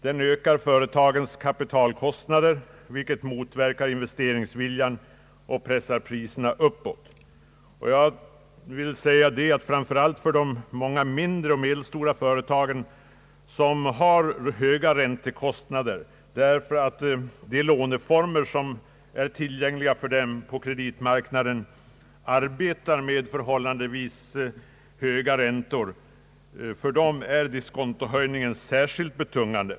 Det ökar företagens kapitalkostnader, vilket motverkar investeringsviljan och pressar priserna uppåt. Framför allt för de många mindre och medelstora företagen, vilka har relativt höga räntekostnader därför att de låneformer som är tillgängliga för dem på kreditmarknaden arbetar med förhållandevis höga räntor, är diskontohöjningen särskilt betungande.